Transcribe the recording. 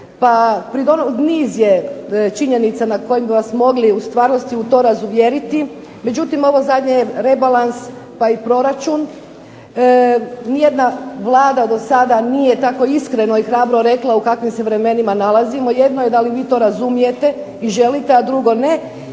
Pa niz je činjenica na kojim bi vas mogli u stvarnosti u to razuvjeriti, međutim ovo zadnje rebalans pa i proračun nijedna Vlada do sada nije tako iskreno i hrabro rekla u kakvim vremenima se nalazimo. Jedno je da li vi to razumijete i želite, a drugo ne,